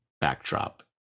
backdrop